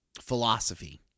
philosophy